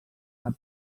cap